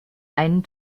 einen